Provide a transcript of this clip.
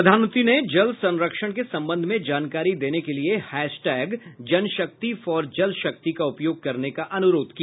प्रधानमंत्री ने जल संरक्षण के संबंध में जानकारी देने के लिए hashtag Jan Shakti for Jal Shakti का उपयोग करने का अनुरोध किया